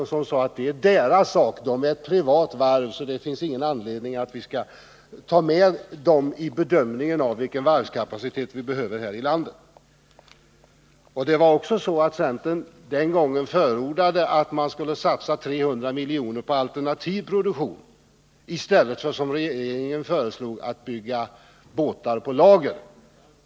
Han sade att eftersom det är ett privat varv, så finns det ingen Nr 165 anledning att ta med det varvet vid bedömningen av vilken varvskapacitet vi Torsdagen den behöver här i landet. Centern förordade den gången att man skulle satsa 300 5 juni 1980 miljoner på alternativ produktion i stället för, som regeringen föreslog, på att bygga båtar på lager.